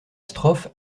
strophe